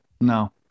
no